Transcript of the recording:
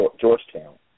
Georgetown